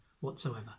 whatsoever